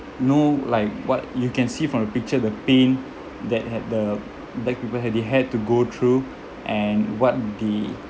know like what you can see from the picture the pain that had the black people had they had to go through and what they